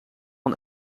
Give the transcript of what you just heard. een